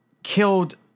Killed